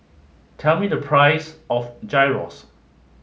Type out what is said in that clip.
tell me the price of Gyros